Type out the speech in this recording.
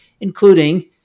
including